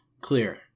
clear